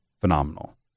phenomenal